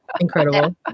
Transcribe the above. Incredible